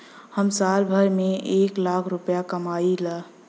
हम साल भर में एक लाख रूपया कमाई ला